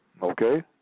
Okay